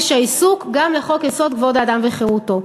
חופש העיסוק גם לחוק-יסוד: כבוד האדם וחירותו.